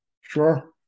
Sure